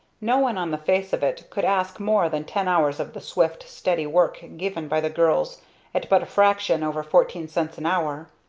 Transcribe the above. no one on the face of it could ask more than ten hours of the swift, steady work given by the girls at but a fraction over fourteen cents an hour.